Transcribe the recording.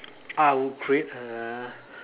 I will create a